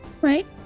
Right